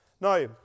Now